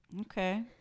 okay